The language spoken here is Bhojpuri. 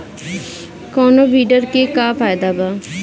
कौनो वीडर के का फायदा बा?